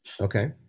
Okay